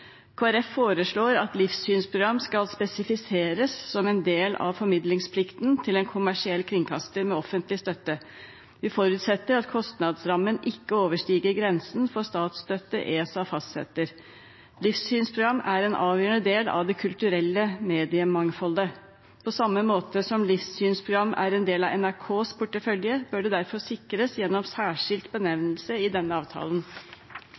foreslår at livssynsprogram skal spesifiseres som en del av formidlingsplikten til en kommersiell kringkaster med offentlig støtte. Vi forutsetter at kostnadsrammen ikke overstiger grensen for statsstøtte ESA fastsetter. Livssynsprogram er en avgjørende del av det kulturelle mediemangfoldet. På samme måte som livssynsprogram er en del av NRKs portefølje, bør de derfor sikres gjennom særskilt benevnelse i denne avtalen.